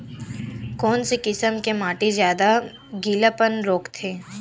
कोन से किसम के माटी ज्यादा गीलापन रोकथे?